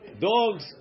dogs